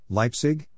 Leipzig